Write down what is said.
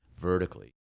vertically